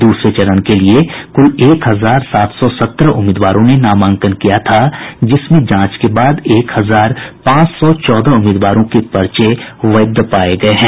द्रसरे चरण के लिये कुल एक हजार सात सौ सत्रह उम्मीदवारों ने नामांकन किया था जिसमें जांच के बाद एक हजार पांच सौ चौदह उम्मीदवारों के पर्चे वैध पाये गये हैं